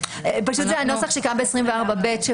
זה הנוסח שקיים בסעיף 24(ב).